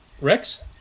Rex